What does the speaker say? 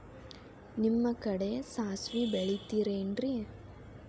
ನಿಮ್ಮ ಕಡೆ ಸಾಸ್ವಿ ಬೆಳಿತಿರೆನ್ರಿ?